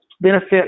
benefit